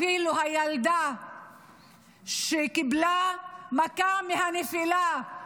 אפילו הילדה שקיבלה מכה מהנפילה,